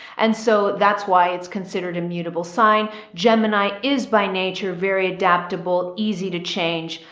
and so that's why it's considered a mutable sign. gemini is by nature, very adaptable, easy to change.